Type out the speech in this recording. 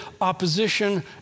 opposition